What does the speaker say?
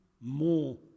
more